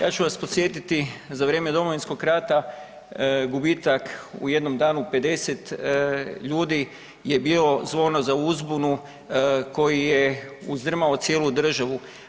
Ja ću vas podsjetiti za vrijeme Domovinskog rata gubitak u jednom danu 50 ljudi je bio zvono za uzbunu koji je uzdrmao cijelu državu.